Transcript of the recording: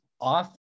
off